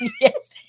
yes